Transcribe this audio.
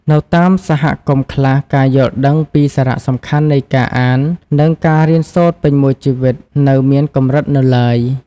នៅតាមសហគមន៍ខ្លះ ការយល់ដឹងអំពីសារៈសំខាន់នៃការអាន និងការរៀនសូត្រពេញមួយជីវិតនៅមានកម្រិតនៅឡើយ។